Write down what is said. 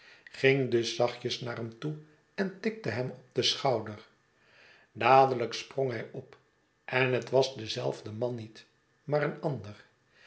ging dus zachtjes naar hem toe en tikte hem op den schouder dadelijk sprong hij op en het was dezelfde man niet maar een ander